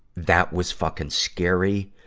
that was fucking scary.